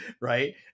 right